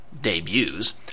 debuts